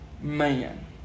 man